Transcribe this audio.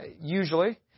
usually